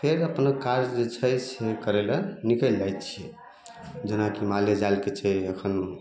फेर अपन काज जे छै से करे लऽ निकलि जाइ छी जेनाकि माले जालके छै एखन